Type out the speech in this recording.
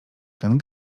ten